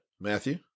Matthew